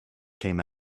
came